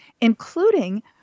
including